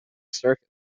circus